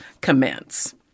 commence